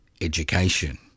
education